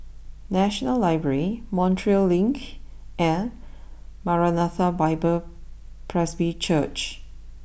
National library Montreal Link and Maranatha Bible Presby Church